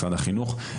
משרד החינוך,